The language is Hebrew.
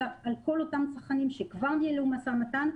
כל אותם צרכנים שכבר ניהלו משא ומתן?